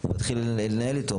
הוא מתחיל לנהל איתו.